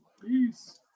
Peace